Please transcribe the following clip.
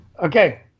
Okay